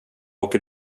åker